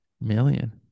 Million